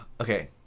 Okay